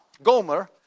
Gomer